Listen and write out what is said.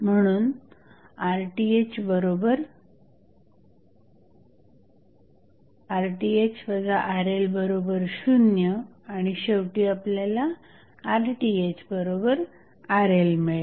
म्हणून RTh RL0 आणि शेवटी आपल्याला RThRL मिळते